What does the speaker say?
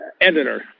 editor